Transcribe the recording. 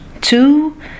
two